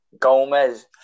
Gomez